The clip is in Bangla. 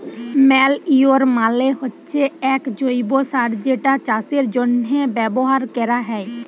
ম্যালইউর মালে হচ্যে এক জৈব্য সার যেটা চাষের জন্হে ব্যবহার ক্যরা হ্যয়